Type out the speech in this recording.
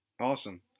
awesome